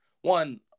one